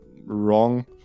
wrong